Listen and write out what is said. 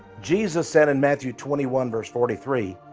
jesus said in matthew twenty one but forty three,